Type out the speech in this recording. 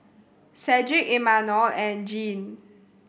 Cedric Imanol and Jean